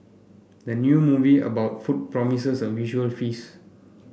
the new movie about food promises a visual feast